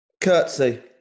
Curtsy